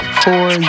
four